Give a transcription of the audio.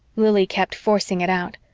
lili kept forcing it out,